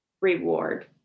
reward